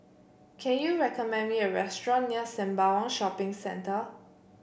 can you recommend me a restaurant near Sembawang Shopping Centre